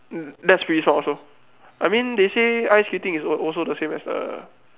that's really sport also I mean they say ice skating is al~ also the same as the